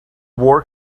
war